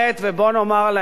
ובוא נאמר את האמת,